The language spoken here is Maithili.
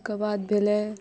ओकर बाद भेलै